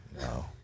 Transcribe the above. No